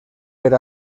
per